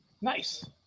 Nice